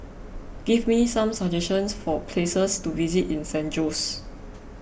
give me some suggestions for places to visit in San Jose